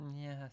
yes